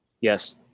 Yes